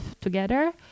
together